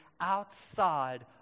outside